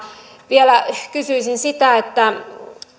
vielä kysyisin sitä